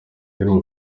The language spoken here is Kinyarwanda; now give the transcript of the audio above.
zirimo